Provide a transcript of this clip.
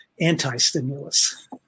anti-stimulus